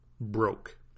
Broke